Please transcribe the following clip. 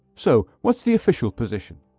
so what's the official position?